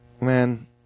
Man